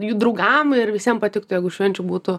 jų draugam ir visiem patiktų jeigu švenčių būtų